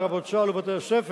לרבות צה"ל ובתי-הספר,